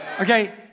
Okay